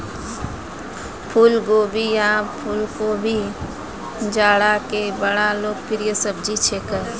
फुलगोभी या फुलकोबी जाड़ा के बड़ा लोकप्रिय सब्जी छेकै